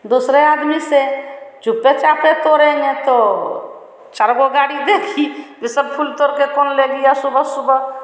दूसरे आदमी से चुप्पे चापे तोड़ेंगे तो चार गो गाली देगी जो सब फूल तोड़कर कौन ले गया सुबह सुबह